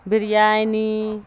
biryani